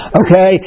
okay